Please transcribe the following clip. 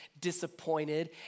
disappointed